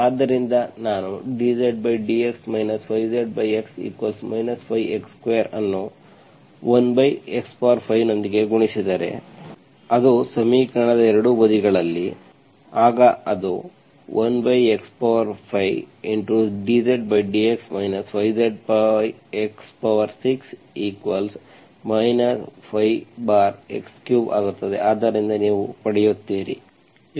ಆದ್ದರಿಂದ ನಾನು dZdx 5Zx 5 x2 ಅನ್ನು 1x5 ನೊಂದಿಗೆ ಗುಣಿಸಿದರೆ ಅದು ಸಮೀಕರಣದ ಎರಡೂ ಬದಿಗಳಲ್ಲಿ ಆಗ ಅದು 1x5dZdx 5Zx6 5x3 ಆಗುತ್ತದೆ ಆದ್ದರಿಂದ ನೀವು ಪಡೆಯುತ್ತೀರಿ